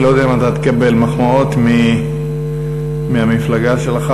אני לא יודע אם אתה תקבל מחמאות מהמפלגה שלך,